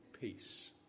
peace